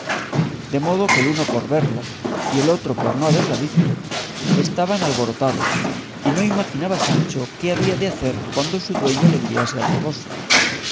de modo que el uno por verla y el otro por no haberla visto estaban alborotados y no imaginaba sancho qué había de hacer cuando su dueño le enviase al toboso